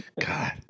God